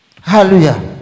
Hallelujah